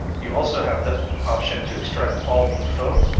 you also have the option to extract all info,